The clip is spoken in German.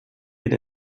wird